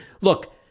look